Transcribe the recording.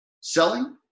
Selling